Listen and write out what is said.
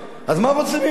אז מה רוצים ממנו?